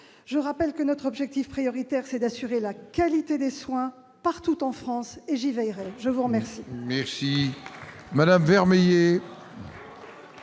Je rappelle que notre objectif prioritaire est d'assurer la qualité des soins partout en France, et j'y veillerai. Non, pas